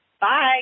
Bye